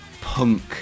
punk